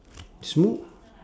smoke